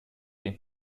den